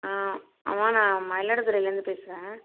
ஆ அம்மா நான் மயிலாடுதுறைலருந்து பேசுகிறேன்